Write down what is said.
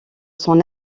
son